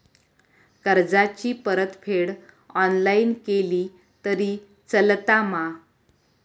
कर्जाची परतफेड ऑनलाइन केली तरी चलता मा?